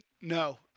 no